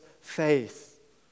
faith